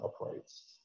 operates